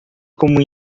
como